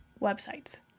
websites